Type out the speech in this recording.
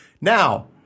Now